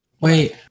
wait